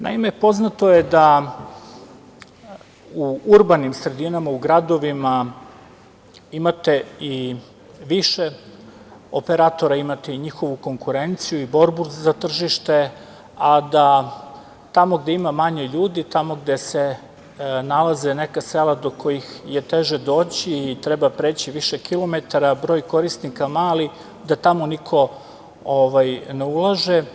Naime, poznato je da u urbanim sredinama, u gradovima imate i više operatora, imate i njihovu konkurenciju i borbu za tržište, a da tamo gde ima manje ljudi, tamo gde se nalaze neka sela do kojih je teže doći i treba preći više kilometara, a broj korisnika mali, da tamo niko ne ulaže.